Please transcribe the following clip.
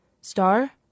Star